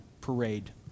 parade